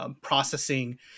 Processing